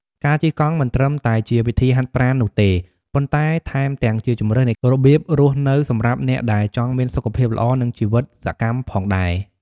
ការជិះកង់មិនត្រឹមតែជាវិធីហាត់ប្រាណនោះទេ ប៉ុន្តែថែមទាំងជាជម្រើសនៃរបៀបរស់នៅសម្រាប់អ្នកដែលចង់មានសុខភាពល្អ និងជីវិតសកម្មផងដែរ។